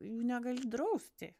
jų negali drausti